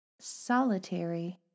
solitary